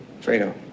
Fredo